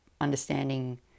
understanding